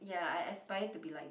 ya I aspire to be like